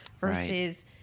versus